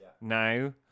now